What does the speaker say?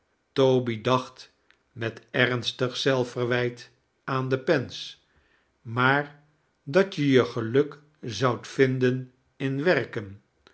toby dacbt met ernstig zelfverwijt aan de pens maar dat je je gehik zoudt vinden in werken